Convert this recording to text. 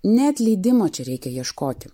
ne atleidimo čia reikia ieškoti